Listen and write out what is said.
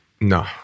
No